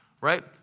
right